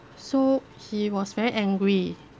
so he was very angry